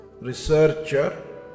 researcher